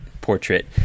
portrait